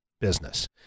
business